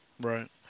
Right